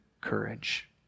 courage